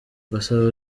basaba